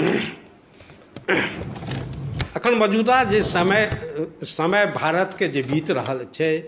एखन मौजूदा जे समय समय भारतके जे बीत रहल छै